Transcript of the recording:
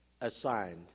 assigned